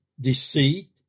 deceit